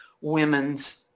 women's